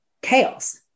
chaos